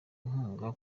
inkunga